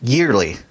Yearly